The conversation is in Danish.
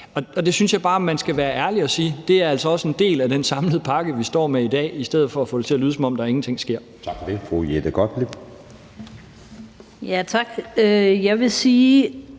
det synes jeg bare man skal være ærlig at sige også er en del af den samlede pakke, vi står med i dag, i stedet for at få det til at lyde, som om der ingenting sker. Kl. 10:37 Anden næstformand (Jeppe Søe):